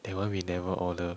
that one we never order